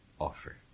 Offer